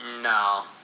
No